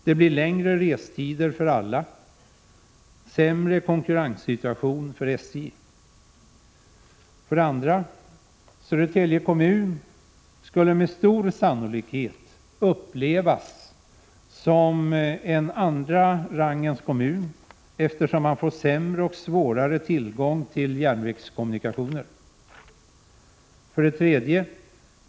Det blir längre restider för alla och sämre konkurrenssituation för SJ. 2. Södertälje kommun skulle med stor sannolikhet upplevas som en andra rangens kommun, eftersom järnvägskommunikationerna blir sämre och det blir svårare att få tillgång till dem. 87 3.